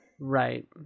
Right